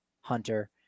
Hunter